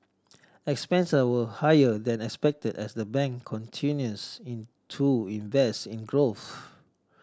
expense were higher than expected as the bank continues into invest in growth